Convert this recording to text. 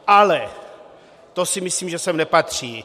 Ale to si myslím, že sem nepatří.